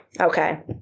Okay